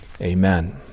amen